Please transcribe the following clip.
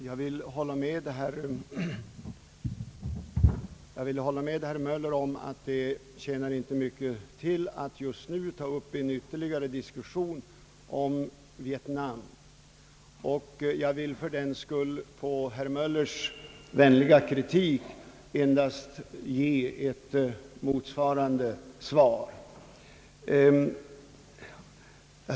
Herr talman! Jag håller med herr Möller om att det inte tjänar mycket till att just nu ta upp en ytterligare diskussion om Vietnam. Jag vill fördenskull på herr Möllers vänliga kritik endast ge ett kort svar i samma anda.